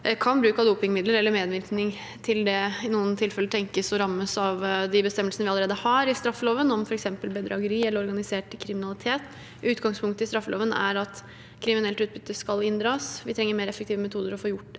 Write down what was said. kan bruk av dopingmidler, eller medvirkning til det, i noen tilfeller tenkes å rammes av de bestemmelsene vi allerede har i straffeloven, f.eks. om bedrageri eller organisert kriminalitet. Utgangspunktet i straffeloven er at kriminelt utbytte skal inndras. Vi trenger mer effektive metoder for å få gjort det.